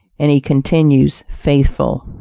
and he continues faithful.